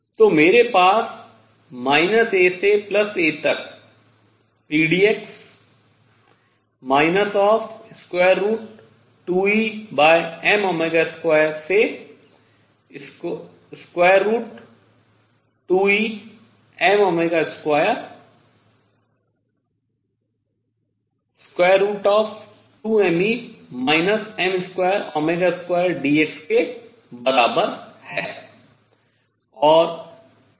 तो मेरे पास A से A तक pdx 2Em2 से 2Em2 √dx के बराबर है